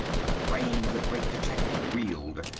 the brain of the great detective reeled.